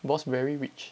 boss very rich